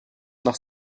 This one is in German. nach